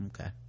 okay